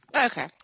Okay